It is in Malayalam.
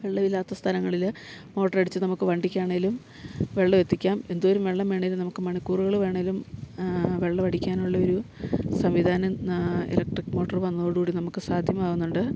വെള്ളവില്ലാത്ത സ്ഥലങ്ങളില് മോട്ടറടിച്ച് നമുക്ക് വണ്ടിക്കാണേലും വെള്ളം എത്തിക്കാം എന്തോരും വെള്ളം വേണേലും നമുക്ക് മണിക്കൂറ്കള് വേണേലും വെള്ളം അടിക്കാനുള്ള ഒരു സംവിധാനം ഇലക്ട്രിക് മോട്ടറ് വന്നതോടുകൂടി നമുക്ക് സാധ്യമാകുന്നുണ്ട്